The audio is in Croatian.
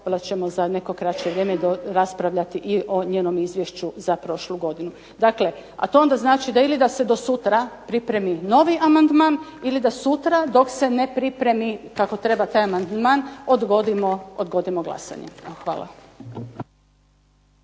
valjda ćemo za neko kraće vrijeme raspravljati i o njenom izvješću za prošlu godinu. Dakle, a to onda znači da ili da se do sutra pripremi novi amandman ili da sutra dok se ne pripremi kako treba taj amandman odgodimo glasanje. Hvala.